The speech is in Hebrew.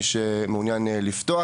מי שמעוניין לפתוח.